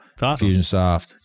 Fusionsoft